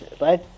right